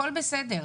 הכול בסדר,